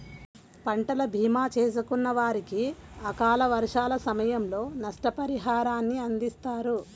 పంటల భీమా చేసుకున్న వారికి అకాల వర్షాల సమయంలో నష్టపరిహారాన్ని అందిస్తారు